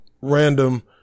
random